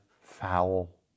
foul